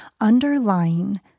underlying